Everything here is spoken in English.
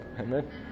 Amen